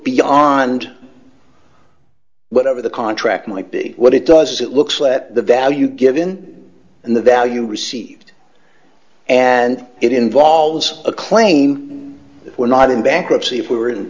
beyond whatever the contract might be what it does is it looks let the value given and the value received and it involves a claim we're not in bankruptcy if we were in